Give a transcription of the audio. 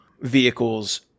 vehicles